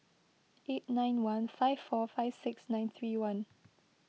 eight nine one five four five six nine three one